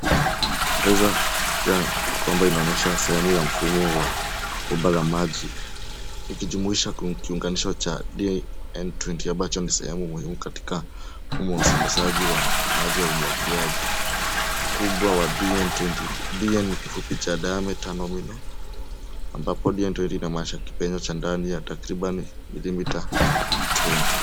Bleza ya kwamba inaonyesha sehemu ya mfumo wa bomba la maji ikijumuisha kiunganisho cha d n 20 ambacho ni katika mfumo wa usambazaji wa maji ya umwagiliaji. Ukubwa wa d m 20 ..D n ni kifupi wa diameter nominal ambapo ambapo d n 20 inamaanisha kipenyo cha ndani ya takriban milimita 20.